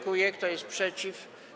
Kto jest przeciw?